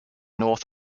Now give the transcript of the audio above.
north